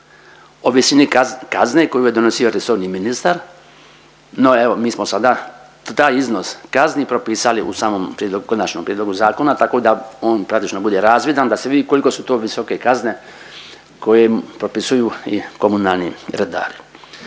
o visini kazne koju je donosio resorni ministar. No, evo mi smo sada taj iznos kazni propisali u samom konačnom prijedlogu zakona, tako da on praktično bude razvidan, da se vidi koliko su to visoke kazne koje propisuju i komunalni redari.